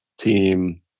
team